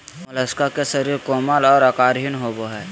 Mollusca के शरीर कोमल और आकारहीन होबय हइ